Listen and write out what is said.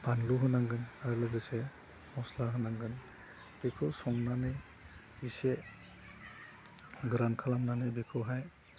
फानलु होनांगोन आरो लोगोसे मस्ला होनांगोन बेखौ संनानै एसे गोरान खालामनानै बेखौहाय